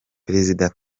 perezida